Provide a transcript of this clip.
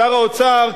שר האוצר,